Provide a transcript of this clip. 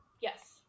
Yes